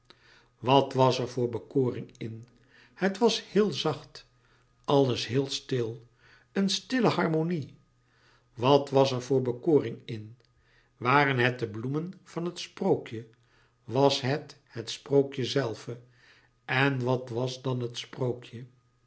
wat was er voor bekoring in het was heel zacht alles heel stil een stille harmonie wat was er voor bekoring in waren het de bloemen van het sprookje was het het sprookje zelve en wat was dan het sprookje